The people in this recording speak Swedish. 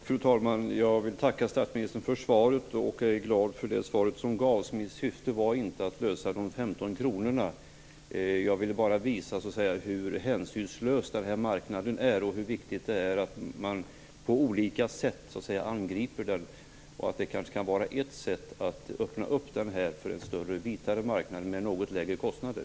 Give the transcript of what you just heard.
Fru talman! Jag vill tacka statsministern för svaret. Jag är glad för det svar som gavs. Mitt syfte var inte att lösa de 15 kronorna. Jag ville bara visa hur hänsynslös den här marknaden är och hur viktigt det är att man angriper den på olika sätt. Detta kanske kan vara ett sätt att öppna för en större, vitare marknad med något lägre kostnader.